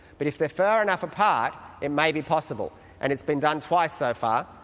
but if they're far enough apart it may be possible, and it's been done twice so far.